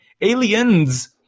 Aliens